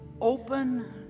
open